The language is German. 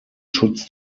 schutz